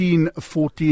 14